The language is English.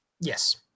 Yes